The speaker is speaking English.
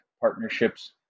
partnerships